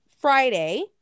Friday